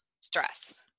stress